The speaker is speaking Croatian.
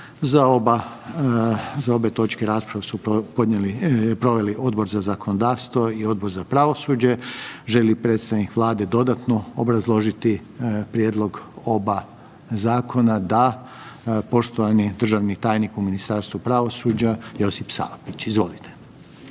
Za obe točke raspravu su proveli Odbor za zakonodavstvo i Odbor za pravosuđe. Želi li predstavnik Vlade dodatno obrazložiti prijedlog oba zakona? Da. Poštovani državni tajnik u Ministarstvu pravosuđa Josip Salapić, izvolite.